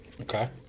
Okay